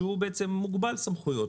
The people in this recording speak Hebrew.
שהוא בעצם מוגבל סמכויות,